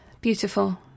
beautiful